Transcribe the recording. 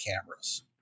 cameras